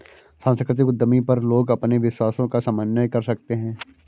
सांस्कृतिक उद्यमी पर लोग अपने विश्वासों का समन्वय कर सकते है